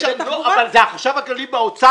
אבל זה החשב הכללי באוצר,